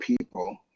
people